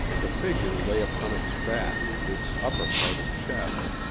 the figure lay upon its back, its upper part in shadow,